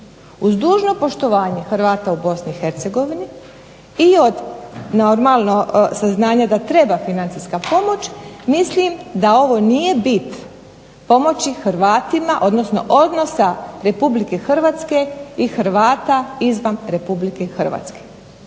Uz dužno poštovanje Hrvata u BiH i od normalno saznanja da treba financijska pomoć mislim da ovo nije bit pomoći Hrvatima odnosno odnosa Republike Hrvatske i Hrvata izvan Republike Hrvatske.